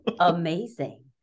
Amazing